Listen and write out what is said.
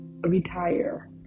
Retire